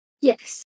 Yes